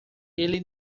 ele